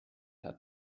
had